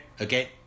Okay